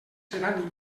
seran